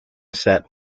set